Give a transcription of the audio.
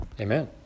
Amen